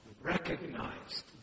recognized